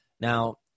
Now